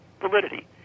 validity